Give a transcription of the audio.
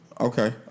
Okay